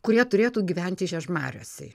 kurie turėtų gyventi žiežmariuose